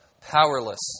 Powerless